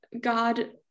God